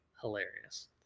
Hilarious